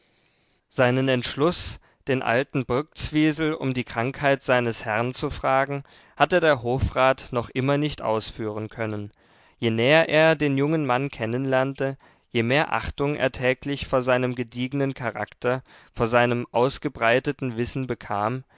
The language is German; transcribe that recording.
seinen entschluß den alten brktzwisl um die krankheit seines herrn zu fragen hatte der hofrat noch immer nicht ausführen können je näher er den jungen mann kennen lernte je mehr achtung er täglich vor seinem gediegenen charakter vor seinem ausgebreiteten wissen bekam